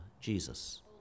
Jesus